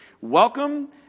Welcome